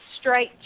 straight